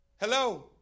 Hello